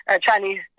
Chinese